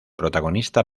protagonista